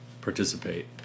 participate